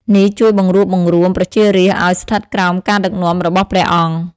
នេះជួយបង្រួបបង្រួមប្រជារាស្ត្រឱ្យស្ថិតក្រោមការដឹកនាំរបស់ព្រះអង្គ។